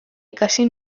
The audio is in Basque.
ikasi